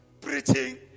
preaching